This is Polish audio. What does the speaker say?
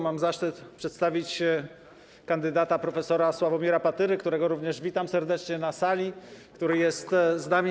Mam zaszczyt przedstawić kandydaturę prof. Sławomira Patyry, którego witam serdecznie na sali, który jest z nami.